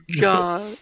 God